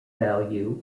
value